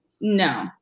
no